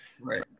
right